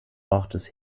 ortes